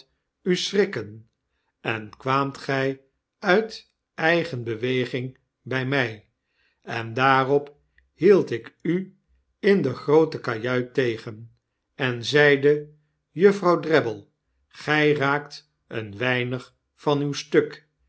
u schrikken en kwaamt gij uit eigen beweging by my en daarop hield ik u in de groote kajuit tegen en zeide juffrouw drabble gy raakt een weinig van uw stuk